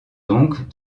donc